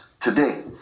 today